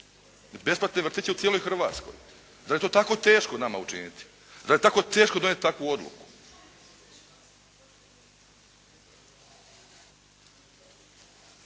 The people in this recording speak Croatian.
besplatne vrtiće u cijeloj Hrvatskoj. Zar je to tako teško nama učiniti? Zar je tako teško donijeti takvu odluku?